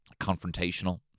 confrontational